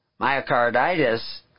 Myocarditis